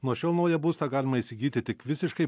nuo šiol naują būstą galima įsigyti tik visiškai